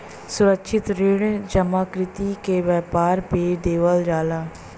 असुरक्षित ऋण जमाकर्ता के व्यवहार पे देवल जाला